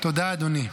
תודה, אדוני.